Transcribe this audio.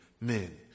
men